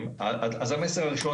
אמרתי את המסר הראשון,